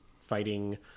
fighting